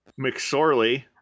McSorley